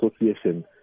association